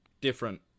different